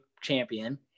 champion